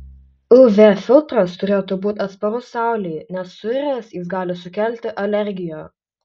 uv filtras turėtų būti atsparus saulei nes suiręs jis gali sukelti alergiją